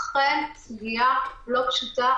אכן זו סוגיה לא פשוטה.